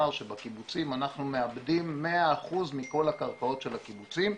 שבקיבוצים אנחנו מעבדים מאה אחוז מכל הקרקעות של הקיבוצים.